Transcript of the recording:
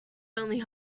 only